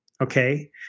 okay